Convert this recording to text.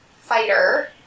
fighter